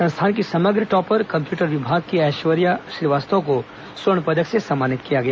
संस्थान की समग्र टॉपर कंप्यूटर विभाग की ऐश्वर्या श्रीवास्तव को स्वर्ण पदक से सम्मानित किया गया